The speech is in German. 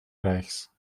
reichs